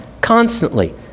constantly